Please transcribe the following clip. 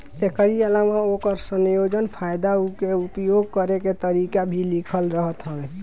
एकरी अलावा ओकर संयोजन, फायदा उके उपयोग करे के तरीका भी लिखल रहत हवे